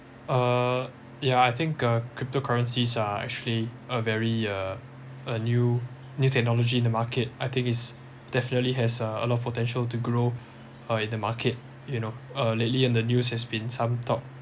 uh yeah I think uh cryptocurrencies are actually a very uh a new new technology in the market I think is definitely has a lot of potential to grow uh in the market you know uh lately in the news has been some talk